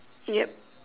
yup